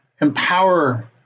empower